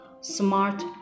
smart